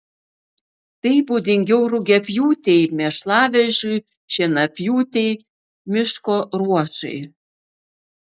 tai būdingiau rugiapjūtei mėšlavežiui šienapjūtei miško ruošai